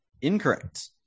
incorrect